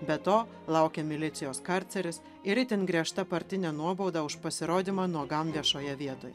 be to laukė milicijos karceris ir itin griežta partinė nuobauda už pasirodymą nuogam viešoje vietoj